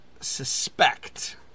suspect